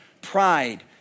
pride